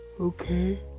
Okay